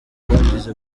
twagize